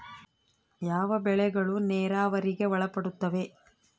ಯಾವ ಬೆಳೆಗಳು ನೇರಾವರಿಗೆ ಒಳಪಡುತ್ತವೆ?